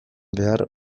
behar